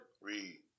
Read